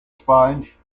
sponge